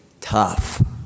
tough